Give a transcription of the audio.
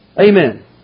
Amen